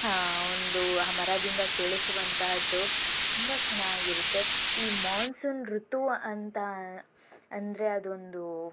ಒಂದು ಮರದಿಂದ ಕೇಳಿಸುವಂತಹದ್ದು ತುಂಬ ಚೆನ್ನಾಗಿರುತ್ತೆ ಈ ಮಾನ್ಸೂನ್ ಋತು ಅಂತ ಅಂದರೆ ಅದೊಂದು